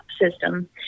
system